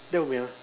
that will be uh